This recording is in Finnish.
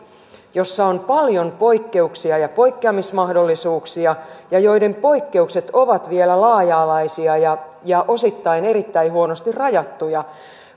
jossa on paljon poikkeuksia ja poikkeamismahdollisuuksia ja jossa poikkeukset ovat vielä laaja alaisia ja ja osittain erittäin huonosti rajattuja